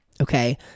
Okay